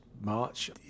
march